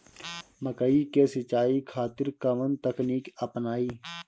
मकई के सिंचाई खातिर कवन तकनीक अपनाई?